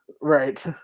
right